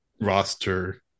roster